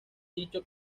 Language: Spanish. dicho